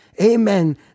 Amen